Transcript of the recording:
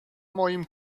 moim